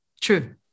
True